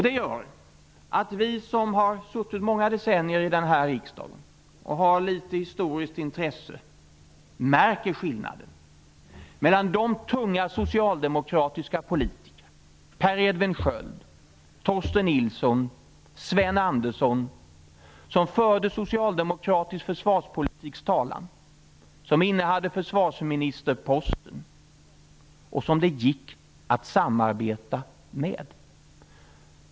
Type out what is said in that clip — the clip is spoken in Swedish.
Det gör att vi som har suttit många decennier i den här riksdagen och har litet historiskt intresse märker skillnaden jämfört med de tunga socialdemokratiska politikerna Per Edvin Sköld, Torsten Nilsson och Sven Andersson, som förde socialdemokratisk försvarspolitiks talan, som innehade försvarsministerposten och som det gick att samarbeta med.